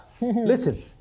Listen